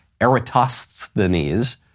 Eratosthenes